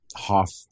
half